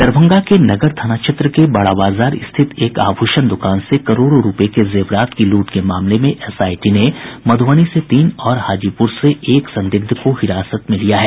दरभंगा के नगर थाना क्षेत्र के बड़ा बाजार स्थित एक आभूषण द्रकान से करोड़ों रूपये के जेवरात की लूट के मामले में एसआईटी ने मधुबनी से तीन और हाजीपुर से एक संदिग्ध का हिरासत में लिया है